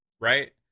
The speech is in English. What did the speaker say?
right